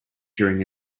during